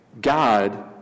God